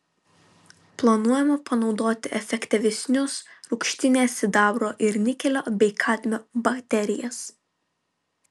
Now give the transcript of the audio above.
planuojama panaudoti efektyvesnius rūgštinės sidabro ir nikelio bei kadmio baterijas